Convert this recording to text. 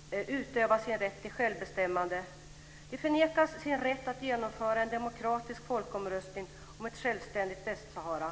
Fru talman! Jag tänkte använda utrymmet i den utrikespolitiska debatten till att prata om situationen i Det västsahariska folket får inte, i enlighet med folkrätten, utöva sin rätt till självbestämmande. Det förnekas sin rätt att genomföra en demokratisk folkomröstning om ett självständigt Västsahara;